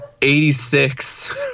86